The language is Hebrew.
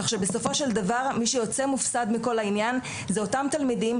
כך שבסופו של דבר מי שיוצא מופסד מכל העניין זה אותם תלמידים,